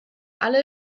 alle